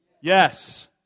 Yes